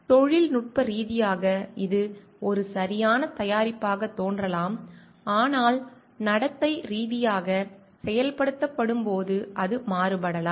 தொழில்நுட்ப ரீதியாக இது ஒரு சரியான தயாரிப்பாகத் தோன்றலாம் ஆனால் நடத்தை ரீதியாக செயல்படுத்தப்படும் போது அது மாறுபடலாம்